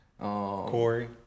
Corey